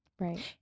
right